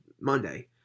Monday